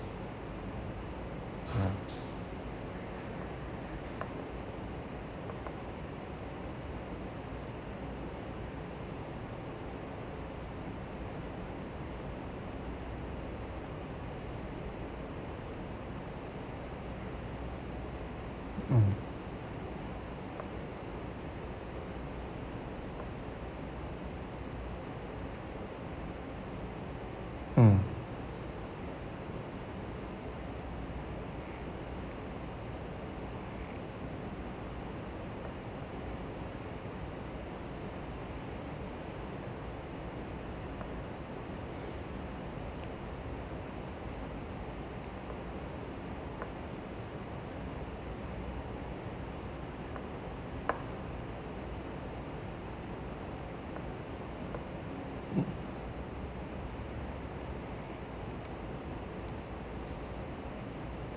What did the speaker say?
ya mm mm mm